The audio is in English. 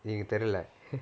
எனக்கு தெரில:enaku therila